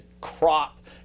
crop